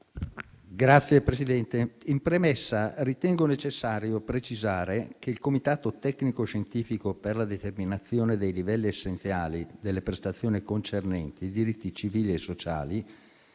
Signor Presidente, in premessa ritengo necessario precisare che il comitato tecnico scientifico per la determinazione dei livelli essenziali delle prestazioni concernenti i diritti civili e sociali